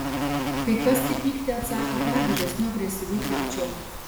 kai kas į pyktį atsako dar didesniu agresyviu pykčiu